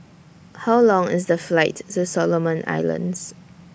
How Long IS The Flight to Solomon Islands